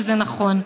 וזה נכון.